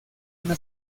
una